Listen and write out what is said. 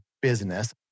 business